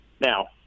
now